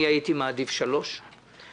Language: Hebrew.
הייתי מעדיף שזה יהיה לשלוש שנים,